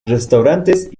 restaurantes